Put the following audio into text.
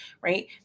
right